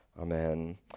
amen